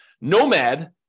Nomad